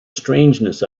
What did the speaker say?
strangeness